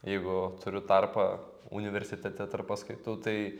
jeigu turiu tarpą universitete tarp paskaitų tai